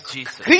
Jesus